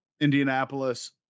Indianapolis